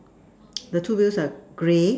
the two wheels are grey